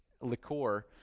liqueur